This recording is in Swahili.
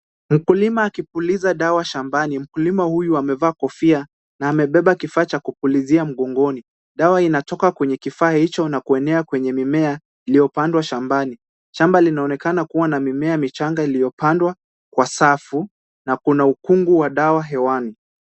Mkulima akipuliza dawa shambani. Mkulima huyu amevaa kofia na amebeba kifaa cha kupulizia mgongoni. Dawa inatoka kwenye kifaa hicho na kuenda kwenye mimea iliyopandwa shambani. Shamba linaonekana kuwa na mimea michanga iliyopandwa kwa safu na kuna ukungu wa dawa hewani.